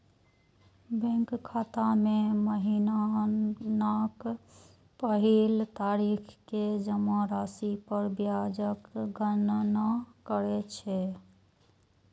bank खाता मे महीनाक पहिल तारीख कें जमा राशि पर ब्याजक गणना करै छै